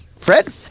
Fred